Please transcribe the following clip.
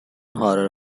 horror